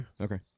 okay